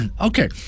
okay